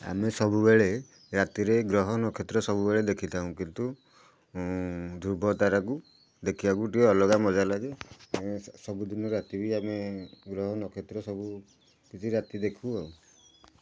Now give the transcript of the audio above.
ଆମେ ସବୁବେଳେ ରାତିରେ ଗ୍ରହ ନକ୍ଷତ୍ର ସବୁବେଳେ ଦେଖିଥାଉ କିନ୍ତୁ ଧ୍ରୁବ ତାରାକୁ ଦେଖିବାକୁ ଟିକେ ଅଲଗା ମଜା ଲାଗେ ସବୁଦିନ ରାତିବି ଆମେ ଗ୍ରହ ନକ୍ଷତ୍ର ସବୁ କିଛି ରାତି ଦେଖୁ ଆଉ